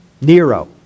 Nero